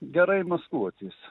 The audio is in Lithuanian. gerai maskuotis